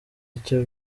icyo